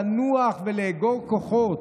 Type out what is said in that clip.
לנוח ולאגור כוחות,